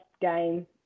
game